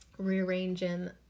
rearranging